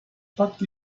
packte